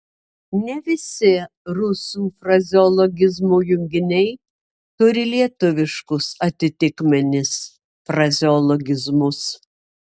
ne visi rusų frazeologizmo junginiai turi lietuviškus atitikmenis frazeologizmus